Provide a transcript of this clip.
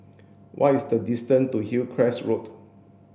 what is the distance to Hillcrest Road